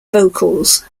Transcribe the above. vocals